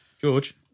George